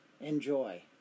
enjoy